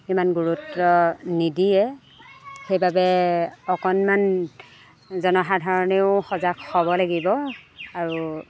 সিমান গুৰুত্ব নিদিয়ে সেইবাবে অকণমান জনসাধাৰণেও সজাগ হ'ব লাগিব আৰু